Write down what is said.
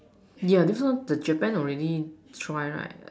yeah this one the Japan already try right